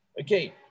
Okay